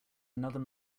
another